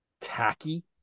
tacky